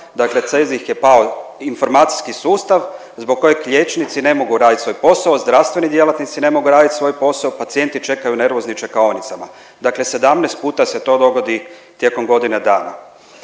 dakle CEZIH je pao, informacijski sustav zbog kojeg liječnici ne mogu radit svoj posao, zdravstveni djelatnici ne mogu radit svoj posao, pacijenti čekaju nervozni u čekaonicama, dakle 17 puta se to dogodi tijekom godine dana.